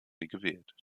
gewählt